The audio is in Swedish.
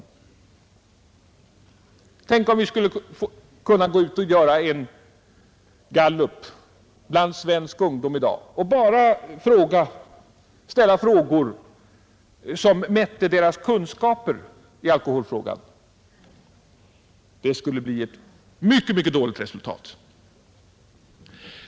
— Tänk om vi skulle gå ut och göra en gallup bland svenska ungdomar i dag och ställa frågor som mätte deras kunskaper i alkoholfrågan! Det skulle bli ett mycket, mycket dåligt resultat.